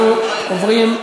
אנחנו עוברים,